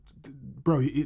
bro